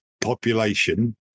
population